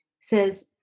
says